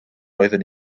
oeddwn